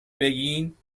بگید